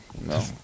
No